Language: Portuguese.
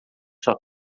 sua